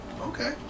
Okay